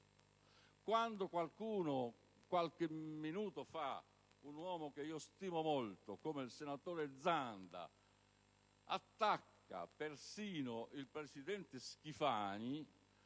Quando qualcuno, un uomo che stimo molto come il senatore Zanda, attacca persino il presidente Schifani,